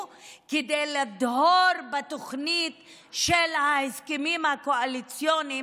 כדי לדהור בתוכנית של ההסכמים הקואליציוניים,